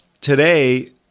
today